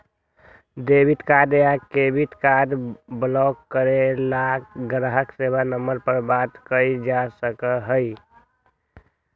debit card या credit card block करे ला ग्राहक सेवा नंबर पर बात कइल जा सका हई